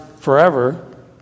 forever